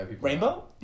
Rainbow